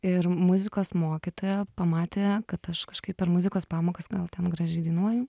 ir muzikos mokytoja pamatė kad aš kažkaip per muzikos pamokas gal ten gražiai dainuoju